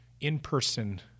in-person